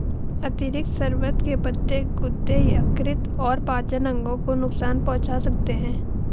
अतिरिक्त शर्बत के पत्ते गुर्दे, यकृत और पाचन अंगों को नुकसान पहुंचा सकते हैं